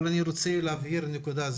אני רוצה להבהיר נקודה.